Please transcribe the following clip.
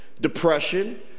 depression